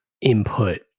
input